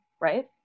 right